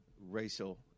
racial